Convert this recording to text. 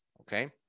okay